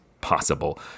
possible